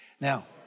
Now